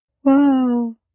Whoa